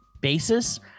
basis